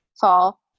fall